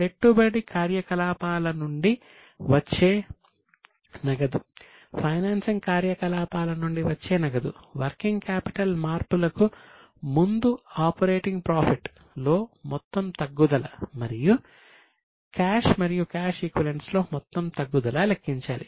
ఇప్పుడు క్యాష్ లో మొత్తం తగ్గుదల లెక్కించాలి